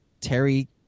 Terry